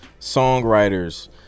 songwriters